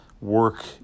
work